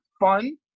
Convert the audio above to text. fun